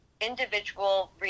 individual